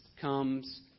comes